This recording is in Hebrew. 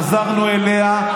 חזרנו אליה,